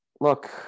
look